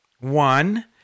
One